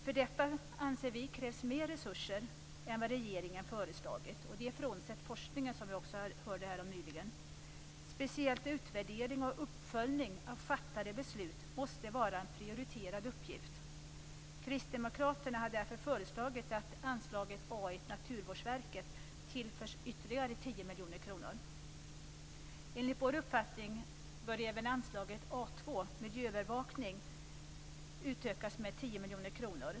För detta krävs mer resurser än vad regeringen föreslagit - det frånsett forskningen, som vi hörde här nyss. Speciellt utvärdering och uppföljning av fattade beslut måste vara en prioriterad uppgift. Kristdemokraterna har därför föreslagit, att anslaget A 1 Naturvårdsverket tillförs ytterligare 10 miljoner kronor. Enligt vår uppfattning bör även anslaget A 2 Miljöövervakning m.m. utökas med 10 miljoner kronor.